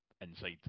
inside